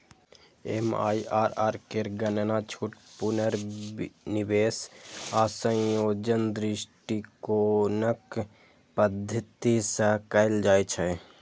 MIRR केर गणना छूट, पुनर्निवेश आ संयोजन दृष्टिकोणक पद्धति सं कैल जाइ छै